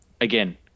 again